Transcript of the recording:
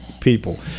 people